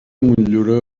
motllura